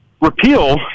repeal